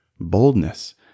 Boldness